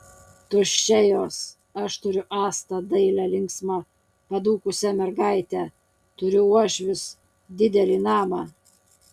tuščia jos aš turiu astą dailią linksmą padūkusią mergaitę turiu uošvius didelį namą